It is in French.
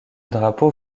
drapeau